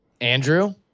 Andrew